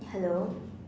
hello